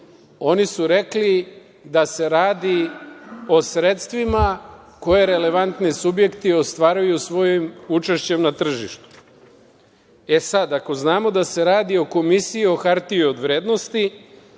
oni su rekli da se radi o sredstvima koje relevantni subjekti ostvaruju svojim učešćem na tržištu. Ako znamo da se radi o Komisiji o hartiji o vrednosti,